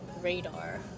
radar